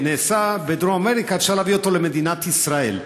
שנעשה בדרום אמריקה, אפשר להביא למדינת ישראל.